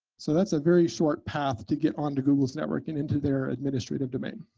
so that's a very short path to get onto google's network and into their administrative domain.